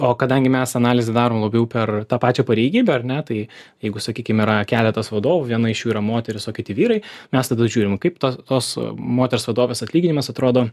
o kadangi mes analizę darom labiau per tą pačią pareigybę ar ne tai jeigu sakykim yra keletas vadovų viena iš jų yra moteris o kiti vyrai mes tada žiūrim kaip tos tos moters vadovės atlyginimas atrodo